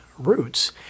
roots